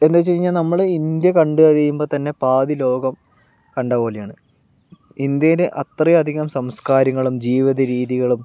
എന്താ വെച്ചു കഴിഞ്ഞാൽ നമ്മുടെ ഇന്ത്യ കണ്ടു കഴിയുമ്പോൾ തന്നെ പാതി ലോകം കണ്ടതുപോലെയാണ് ഇന്ത്യയിലെ അത്രയും അധികം സംസ്കാരങ്ങളും ജീവിത രീതികളും